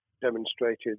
demonstrated